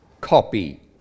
copy